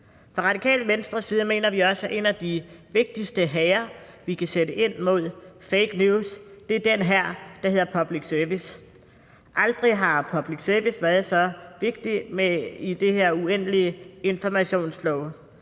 Fra Radikale Venstres side mener vi også, at en af de vigtigste hære, vi kan sætte ind mod fake news, er den hær, der hedder public service. Aldrig har public service været så vigtig som i det her uendelige informationsflow.